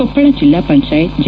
ಕೊಪ್ಪಳ ಜಿಲ್ಲಾ ಪಂಚಾಯತ್ ಜೆ